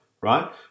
right